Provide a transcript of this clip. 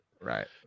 right